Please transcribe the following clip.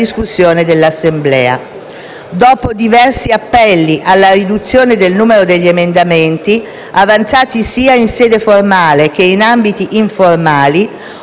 grazie a tutti